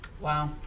Wow